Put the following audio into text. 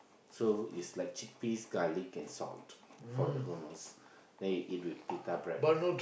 so is like chickpeas garlic and salt for the hummus then you eat with pita bread